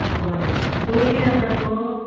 आं बरें दोडगी आसात गो